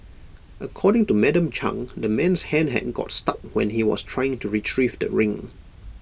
according to Madam chang the man's hand had got stuck when he was trying to Retrieve the ring